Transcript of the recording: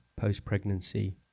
post-pregnancy